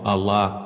Allah